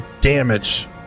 damage